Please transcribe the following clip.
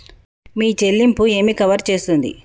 మీ చెల్లింపు ఏమి కవర్ చేస్తుంది?